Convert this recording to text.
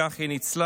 וכך היא ניצלה,